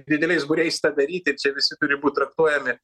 dideliais būriais tą daryti čia visi turi būt traktuojami